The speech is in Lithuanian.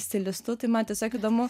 stilistu tai man tiesiog įdomu